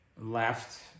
left